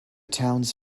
towns